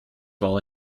while